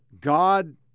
God